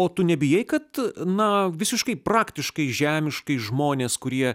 o tu nebijai kad na visiškai praktiškai žemiškai žmonės kurie